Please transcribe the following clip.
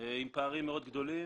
עם פערים מאוד גדולים,